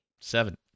Seven